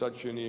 מצד שני,